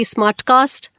Smartcast